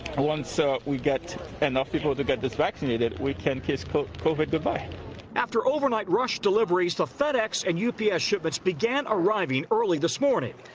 once ah we get enough people to get this vaccination we can kiss covid good-bye. reporter after overnight rush delivers to fedex and u p s. shipments began arriving earlier this morning.